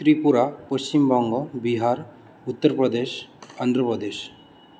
त्रिपुरा पश्चिमबङ्ग बिहार् उत्तरप्रदेशः अन्ध्रप्रदेशः